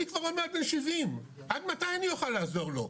אני כבר עוד מעט בן 70 עד מתי אני אוכל לעזור לו?